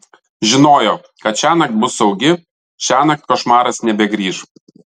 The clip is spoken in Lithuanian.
žinojo kad šiąnakt bus saugi šiąnakt košmaras nebegrįš